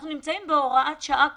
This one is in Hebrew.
אנחנו נמצאים בהוראת שעה כרגע,